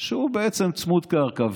שהוא צמוד קרקע,